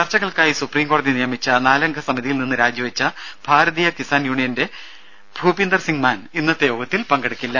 ചർച്ചകൾക്കായി സുപ്രീംകോടതി നിയമിച്ച നാലംഘ സമിതിയിൽ നിന്ന് രാജിവെച്ച ഭാരതീയ കിസാൻ യൂണിയന്റെ ഭൂപീന്ദർസിങ് മാൻ ഇന്നത്തെ യോഗത്തിൽ പങ്കെടുക്കില്ല